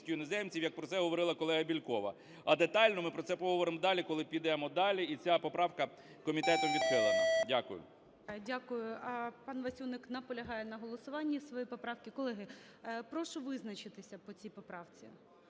як про це говорила колега Бєлькова, а детально ми про це поговоримо далі, коли підемо далі. І ця поправка комітетом відхилена. Дякую. ГОЛОВУЮЧИЙ. Дякую. Пан Васюник наполягає на голосуванні своєї поправки. Колеги, прошу визначитися по цій поправці,